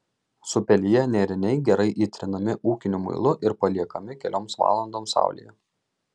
supeliję nėriniai gerai įtrinami ūkiniu muilu ir paliekami kelioms valandoms saulėje